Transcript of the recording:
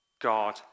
God